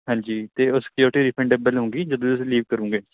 ਹਾਂਜੀ ਅਤੇ ਉਹ ਸਕਿਉਰਟੀ ਰਿਫੰਡੇਬਲ ਹੋਊਂਗੀ ਜਦੋਂ ਤੁਸੀਂ ਲੀਵ ਕਰੋਗੇ